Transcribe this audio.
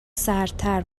سردتر